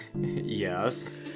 Yes